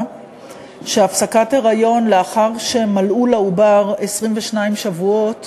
שהפסקת היריון לאחר שמלאו לעובר 22 שבועות